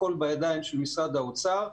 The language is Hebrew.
הכול בידיים של משרד האוצר.